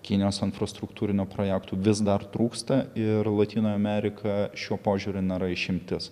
kinijos infrastruktūrinių projektų vis dar trūksta ir lotynų amerika šiuo požiūriu nėra išimtis